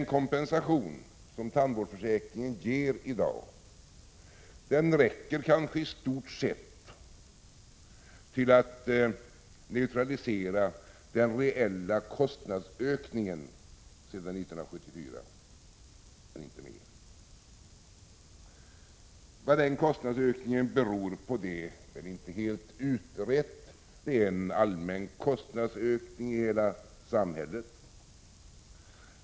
Den kompensation som tandvårdsförsäkringen ger räcker kanske i stort sett till att neutralisera den reella kostnadsökningen sedan 1974, men inte mer. Vad denna kostnadsökning beror på är väl inte helt utrett. Vi har haft en allmän kostnadsökning i hela samhället.